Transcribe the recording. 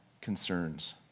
concerns